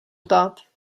ptát